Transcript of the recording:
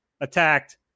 attacked